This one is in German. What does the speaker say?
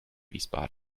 wiesbaden